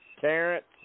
Terrence